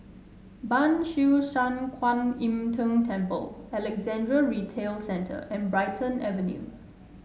Ban Siew San Kuan Im Tng Temple Alexandra Retail Centre and Brighton Avenue